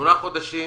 שמונה חודשים